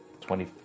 Twenty